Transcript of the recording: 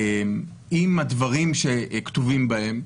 עם הדברים שכתובים בהם,